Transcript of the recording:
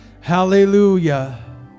Hallelujah